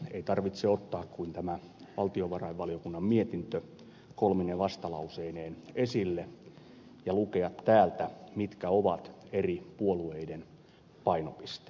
ei tarvitse ottaa kuin tämä valtiovarainvaliokunnan mietintö kolmine vastalauseineen esille ja lukea täältä mitkä ovat eri puolueiden painopisteet